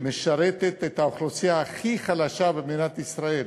שמשרתת את האוכלוסייה הכי חלשה במדינת ישראל